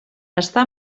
està